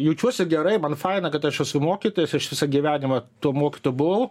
jaučiuosi gerai man faina kad aš esu mokytojas aš visą gyvenimą tuo mokytoju buvau